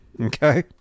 Okay